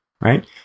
right